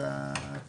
הפרקים,